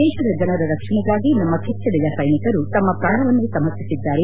ದೇಶದ ಜನರ ರಕ್ಷಣೆಗಾಗಿ ನಮ್ಮ ಕೆಚ್ಚೆದೆಯ ಸೈನಿಕರು ತಮ್ಮ ಪ್ರಾಣವನ್ನೇ ಸಮರ್ಪಿಸಿದ್ದಾರೆ